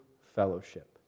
fellowship